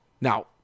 Now